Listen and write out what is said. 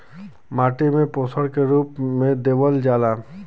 माटी में पोषण के रूप में का देवल जाला?